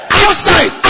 outside